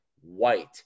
white